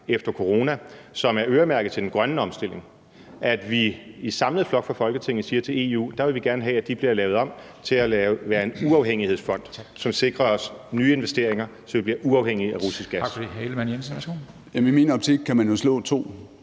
efter corona, som er øremærket til den grønne omstilling, i samlet flok fra Folketingets side siger til EU: Der vil vi gerne have, at de bliver lavet om til at være en uafhængighedsfond, som sikrer os nye investeringer, så vi bliver uafhængige af russisk gas.